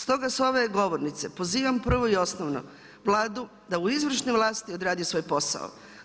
Stoga s ove govornice pozivam prvo i osnovno, Vladu da u izvršnoj vlasti odradi svoj posao.